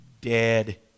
Dead